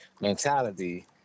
mentality